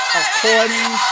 according